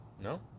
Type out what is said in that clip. No